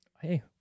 Hey